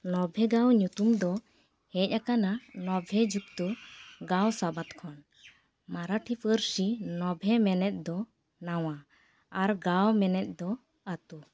ᱱᱚᱵᱷᱮᱜᱟᱶ ᱧᱩᱛᱩᱢ ᱫᱚ ᱦᱮᱡ ᱟᱠᱟᱱᱟ ᱱᱚᱵᱷᱮ ᱡᱩᱠᱛᱚ ᱜᱟᱶ ᱥᱟᱵᱟᱫ ᱠᱷᱚᱱ ᱢᱟᱨᱟᱴᱷᱤ ᱯᱟᱹᱨᱥᱤ ᱱᱚᱵᱷᱮ ᱢᱮᱱᱮᱫ ᱫᱚ ᱱᱚᱣᱟ ᱟᱨ ᱜᱟᱶ ᱢᱮᱱᱮᱫ ᱫᱚ ᱟᱛᱳ